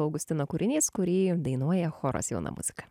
augustino kūrinys kurį dainuoja choras jauna muzika